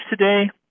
today